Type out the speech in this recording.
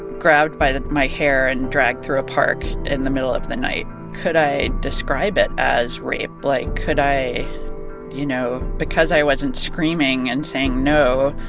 grabbed by my hair and dragged through a park in the middle of the night, could i describe it as rape? like, could i you know, because i wasn't screaming and saying no,